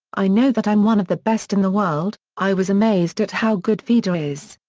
i know that i'm one of the best in the world, i was amazed at how good fedor is.